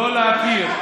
לא להכיר.